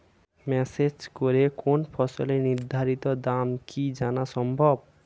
Message করে কোন ফসলের নির্ধারিত দাম কি জানা সম্ভব?